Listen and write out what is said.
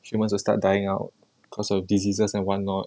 humans will start dying out because of diseases and what not